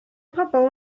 pobl